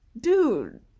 dude